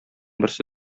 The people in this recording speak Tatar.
берсе